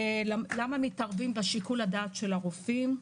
למה מתערבים בשיקול הדעת של הרופאים?